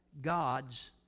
God's